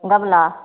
गमला